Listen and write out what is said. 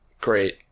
Great